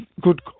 good